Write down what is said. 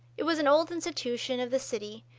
it was an old institution of the city,